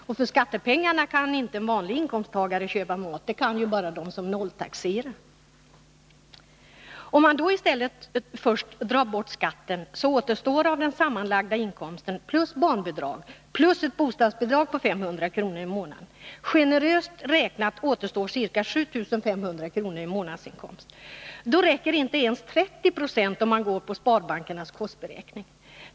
Men för skattepengarna kan inte en vanlig inkomsttagare köpa mat — det kan bara de som nolltaxerar. Om man i stället först drar bort skatten återstår av den sammanlagda månadsinkomsten plus barnbidrag och ett bostadsbidrag på 500 kr. i månaden generöst räknat 7 500 kr. Då räcker inte ens 30 76 om man går efter sparbankernas kostnadsberäkning.